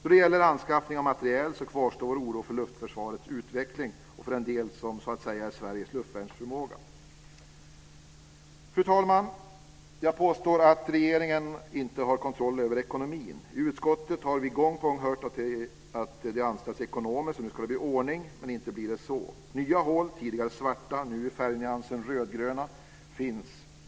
När det gäller anskaffning av materiel kvarstår vår oro för luftförsvarets utveckling och för den del som så att säga utgör Sveriges luftvärnsförmåga. Fru talman! Jag påstår att regeringen inte har kontroll över ekonomin. I utskottet har vi gång på gång hört att det anställts ekonomer så att det nu ska bli ordning, men inte blir det så. Nya hål - tidigare var de svarta - i färgnyansen rödgrön finns.